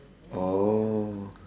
oh